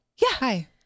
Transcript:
Hi